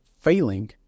failing